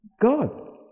God